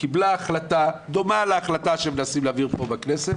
קיבלה החלטה דומה להחלטה שמנסים להעביר פה בכנסת